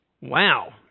Wow